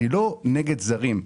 אני לא נגד זרים.